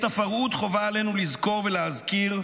את הפרהוד חובה עלינו לזכור ולהזכיר,